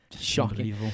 Shocking